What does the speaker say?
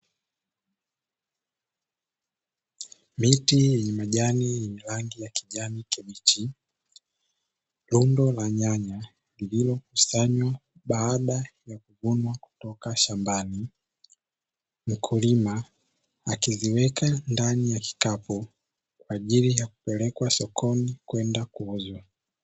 Miti yenye majani yenye rangi ya kijani kibichi, rundo la nyanya lililokusanywa baada ya kuvunwa kutoka shambani. Mkulima akiziweka ndani ya kikapu kwa ajili ya kupelekwa sokoni kwenda kuuzwa.